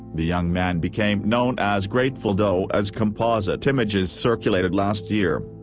the young man became known as grateful doe as composite images circulated last year.